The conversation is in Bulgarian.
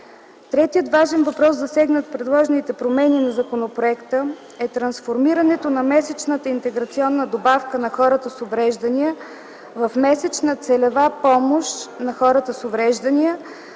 Третият важен въпрос, засегнат в предложените промени на законопроекта, е трансформирането на месечната интеграционна добавка на хората с увреждания в месечна целева помощ на хората с увреждания,